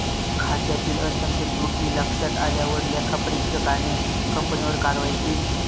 खात्यातील असंख्य त्रुटी लक्षात आल्यावर लेखापरीक्षकाने कंपनीवर कारवाई केली